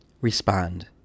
Respond